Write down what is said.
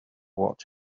what